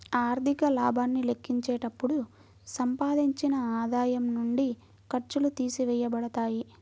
ఆర్థిక లాభాన్ని లెక్కించేటప్పుడు సంపాదించిన ఆదాయం నుండి ఖర్చులు తీసివేయబడతాయి